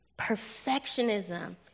Perfectionism